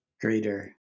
greater